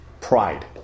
pride